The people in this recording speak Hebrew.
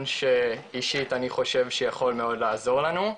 שאישית אני חושב שיכול מאוד לעזור לנו.